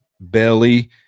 belly